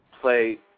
play